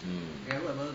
mm